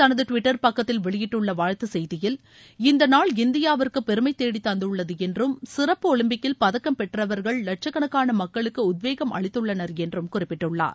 தனது டுவிட்டர் பக்கத்தில் வெளியிட்டுள்ள வாழ்த்துச் செய்தியில் இந்த நாள் அவர் இந்தியாவிற்கு பெருமைத் தேடி தந்துள்ளது என்றும் சிறப்பு ஒலிம்பிக்கில் பதக்கம் பெற்றவர்கள் லட்சக்கணக்கான மக்களுக்கு உத்வேகம் அளித்துள்ளர் என்றும் குறிப்பிட்டள்ளார்